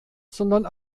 sondern